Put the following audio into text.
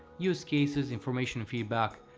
use cases, information, feedback,